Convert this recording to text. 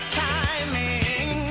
timing